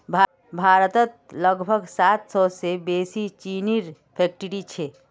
भारतत लगभग सात सौ से बेसि चीनीर फैक्ट्रि छे